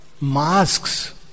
Masks